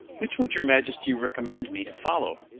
which would your majesty recommend me to follow?